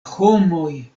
homoj